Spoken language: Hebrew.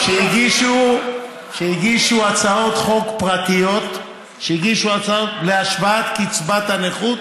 שהגישו הצעות חוק פרטיות להשוואת קצבת הנכות